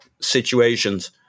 situations